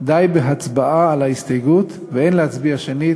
די בהצבעה על ההסתייגות ואין להצביע שנית